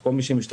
או כל מי שמשתמש